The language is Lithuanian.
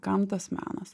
kam tas menas